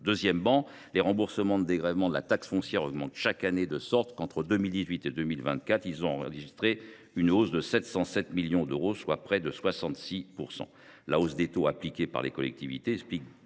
Enfin, les remboursements et dégrèvements de taxe foncière augmentent chaque année, de sorte que, entre 2018 et 2024, ils ont enregistré une hausse de 707 millions d’euros, soit près de 66 %. La hausse des taux appliqués par les collectivités